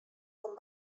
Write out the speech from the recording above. com